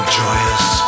joyous